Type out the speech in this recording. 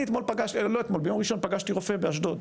אני ביום ראשון פגשתי רופא באשדוד.